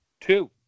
Two